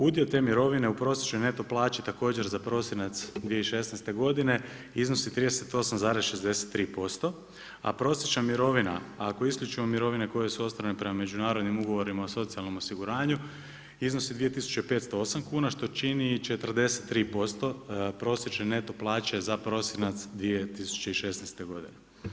Udio te mirovine u prosječnoj neto plaći također za prosinac 2016. godine iznosi 38,63%, a prosječna mirovina ako isključimo mirovine koje su ostvarene prema međunarodnim ugovorima o socijalnom osiguranju iznosi 2508 kuna što čini 43% prosječne neto plaće za prosinac 2016. godine.